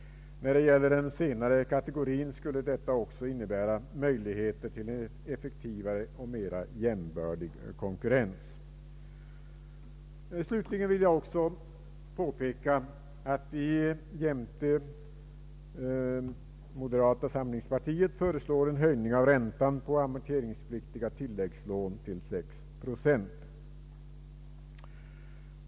För den senare kategorin skulle detta också innebära möjligheter till en effektivare och mera jämbördig konkurrens. Slutligen vill jag påpeka att vi jämte moderata samlingspartiet föreslår en höjning av räntan på amorteringspliktiga tilläggslån till 6 procent.